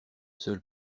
seule